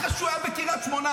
אחרי שהוא היה בקריית שמונה,